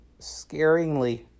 scaringly